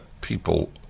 people